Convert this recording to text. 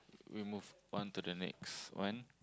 we move on to the next one